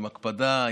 עם הקפדה,